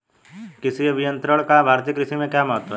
कृषि अभियंत्रण का भारतीय कृषि में क्या महत्व है?